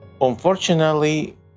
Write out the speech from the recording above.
unfortunately